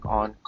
on